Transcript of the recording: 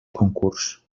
concurs